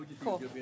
Cool